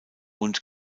und